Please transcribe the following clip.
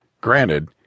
Granted